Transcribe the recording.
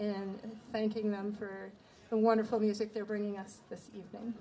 in thanking them for the wonderful music they're bringing us this evening